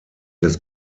des